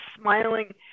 smiling